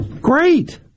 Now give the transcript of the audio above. Great